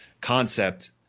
concept